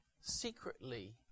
secretly